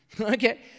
Okay